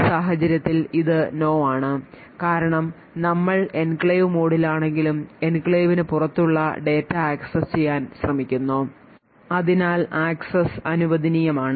ഈ സാഹചര്യത്തിൽ ഇത് no ആണ് കാരണം നമ്മൾ എൻക്ലേവ് മോഡിലാണെങ്കിലും എൻക്ലേവിന് പുറത്തുള്ള ഡാറ്റ ആക്സസ് ചെയ്യാൻ ശ്രമിക്കുന്നു അതിനാൽ ആക്സസ് അനുവദനീയമാണ്